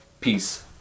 Peace